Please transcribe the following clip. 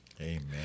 Amen